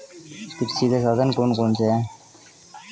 कृषि के साधन कौन कौन से हैं?